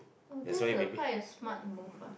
uh that's a quite a smart move ah